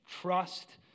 trust